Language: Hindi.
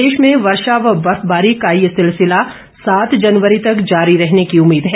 प्रदेश में वर्षा व बर्फबारी का ये सिलसिला सात जनवरी तक जारी रहने की उम्मीद है